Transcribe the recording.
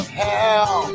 hell